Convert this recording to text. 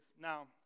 Now